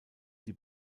die